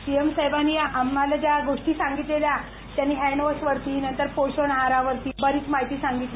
पीएमसाहेबांनी आम्हाला ज्या गोष्टी सांगितल्या त्यांनी हॅन्ड्वॉश वरती नंतर पोषण आहारावरती बरीच माहिती सांगितली